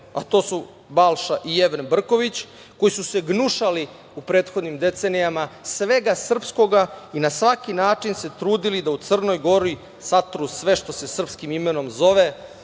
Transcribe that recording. a to su Balša i Jevrem Brković, koji su se gnušali u prethodnim decenijama svega srpskoga i na svaki način se trudili da u Crnoj Gori satru sve što se srpskim imenom zove,